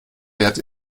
wert